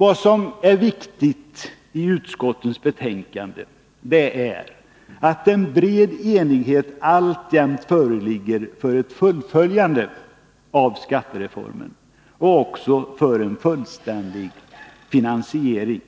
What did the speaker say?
Vad som är viktigt i utskottens betänkanden är att en bred enighet alltjämt föreligger för ett fullföljande av skattereformen och även för en fullständig finansiering.